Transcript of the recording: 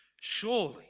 Surely